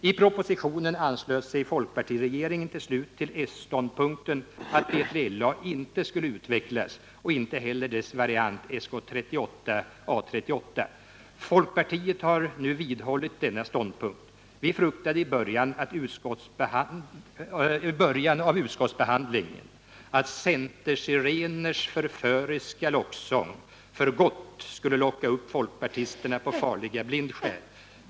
I propositionen anslöt sig folkpartiregeringen till slut till den socialdemokratiska ståndpunkten att B3LA inte skulle utvecklas och inte heller dess variant SK 38/A 38. Folkpartiet har nu vidhållit denna ståndpunkt. Vi fruktade i början av utskottsbehandlingen att centersireners förföriska locksång för gott skulle locka upp folkpartisterna på farliga blindskär.